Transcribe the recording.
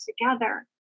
together